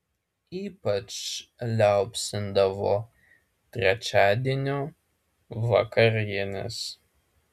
ypač liaupsindavo trečiadienio vakarienes